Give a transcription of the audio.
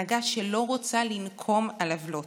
הנהגה שלא רוצה לנקום על עוולות,